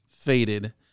Faded